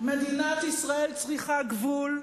מדינת ישראל צריכה גבול.